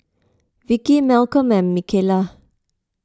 Vicki Malcom and Michaela